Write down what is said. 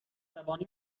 عصبانی